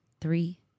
three